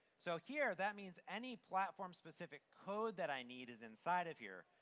so here that means any platform specific code that i need is inside of here.